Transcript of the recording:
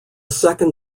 second